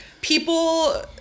people